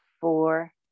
Four